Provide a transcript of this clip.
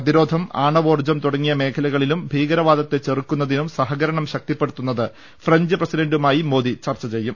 പ്രതിരോധം ആണ വോർജ്ജം തുടങ്ങിയ മേഖലകളിലും ഭീകരവാദത്തെ ചെറുക്കു ന്നതിലും സഹകരണം ശക്തിപ്പെടുത്തുന്നത് ഫ്രഞ്ച് പ്രസിഡന്റു മായി മോദി ചർച്ച ചെയ്യും